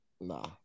Nah